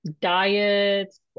diets